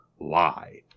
lie